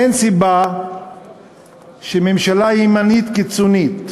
אין סיבה שממשלה ימנית קיצונית,